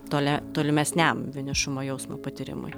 tole tolimesniam vienišumo jausmo patyrimui